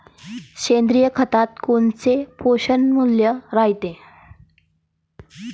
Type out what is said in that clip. सेंद्रिय खतात कोनचे पोषनमूल्य रायते?